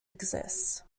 exists